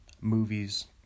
movies